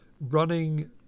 running